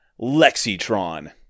Lexitron